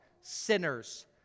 sinners